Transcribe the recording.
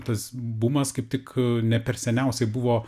tas bumas kaip tik ne per seniausiai buvo